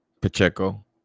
Pacheco